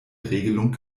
regelung